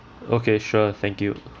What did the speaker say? okay sure thank you